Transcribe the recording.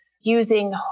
using